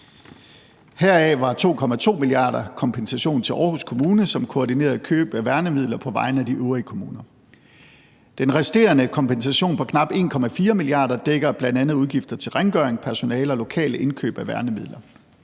Heraf var 2,2 mia. kr. kompensation til Aarhus Kommune, som koordinerede køb af værnemidler på vegne af de øvrige kommuner. Den resterende kompensation på knap 1,4 mia. kr. dækker bl.a. udgifter til rengøring, personale og lokale indkøb af værnemidler.